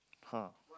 !huh!